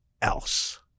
else